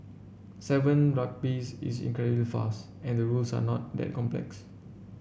Seven Rugby's is incredibly fast and the rules are not that complex